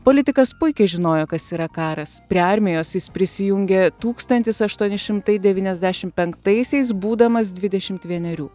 politikas puikiai žinojo kas yra karas prie armijos jis prisijungė tūkstantis aštuoni šimtai devyniasdešim penktaisiais būdamas dvidešimt vienerių